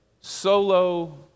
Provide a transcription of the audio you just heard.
solo